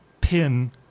pin